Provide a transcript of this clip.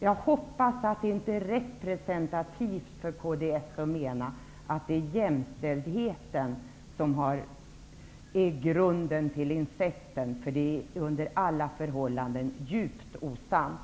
Jag hoppas att det inte är en för Kds representativ åsikt att jämställdheten är grunden till incesten. Under alla förhållanden är gjorda påstående djupt osant!